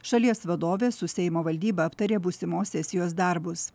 šalies vadovė su seimo valdyba aptarė būsimos sesijos darbus